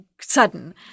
sudden